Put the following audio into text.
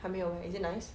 还没有 is it nice